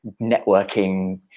networking